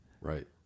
Right